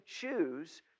choose